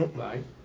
right